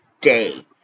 day